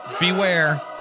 Beware